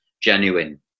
genuine